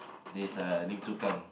this uh Lim-Chu-Kang